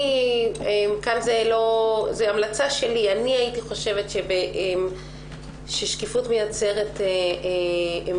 זו המלצה שלי אני הייתי חושבת ששקיפות מייצרת אמון,